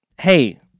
Hey